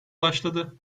başladı